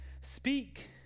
Speak